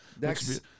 Next